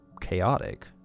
chaotic